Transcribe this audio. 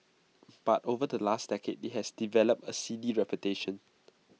but over the last decade IT has developed A seedy reputation